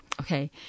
Okay